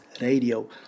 Radio